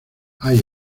hay